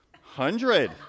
Hundred